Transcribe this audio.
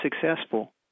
successful